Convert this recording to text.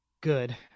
Good